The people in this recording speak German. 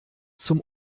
zum